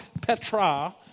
Petra